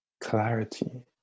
clarity